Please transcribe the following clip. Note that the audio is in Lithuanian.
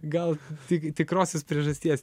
gal tik tikrosios priežasties